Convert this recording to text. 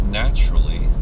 naturally